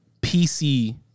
PC